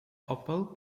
opel